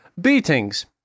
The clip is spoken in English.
beatings